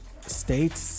states